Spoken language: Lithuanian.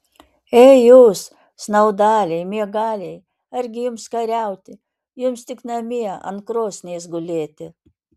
ei jūs snaudaliai miegaliai argi jums kariauti jums tik namie ant krosnies gulėti